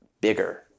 bigger